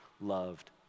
loved